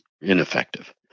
ineffective